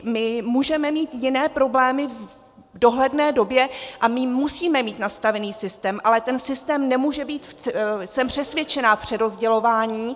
My můžeme mít jiné problémy v dohledné době a musíme mít nastavený systém, ale ten systém nemůže být, jsem přesvědčena, přerozdělování.